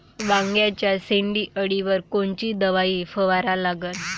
वांग्याच्या शेंडी अळीवर कोनची दवाई फवारा लागन?